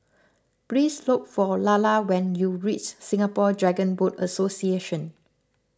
please look for Lalla when you reach Singapore Dragon Boat Association